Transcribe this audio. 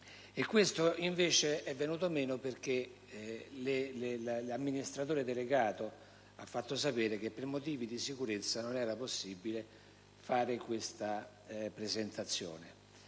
e ciò invece è venuto meno perché l'amministratore delegato ha fatto sapere che per motivi di sicurezza ciò non era possibile. La spiegazione